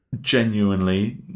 genuinely